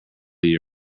you